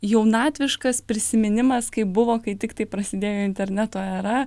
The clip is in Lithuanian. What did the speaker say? jaunatviškas prisiminimas kaip buvo kai tiktai prasidėjo interneto era